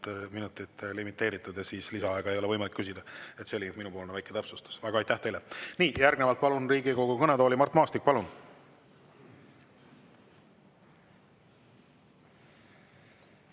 viis minutit ja siis lisaaega ei ole võimalik küsida. See oli minupoolne väike täpsustus. Aga aitäh teile! Järgnevalt palun Riigikogu kõnetooli Mart Maastiku. Palun!